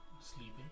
Sleeping